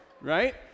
right